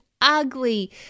ugly